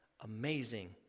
amazing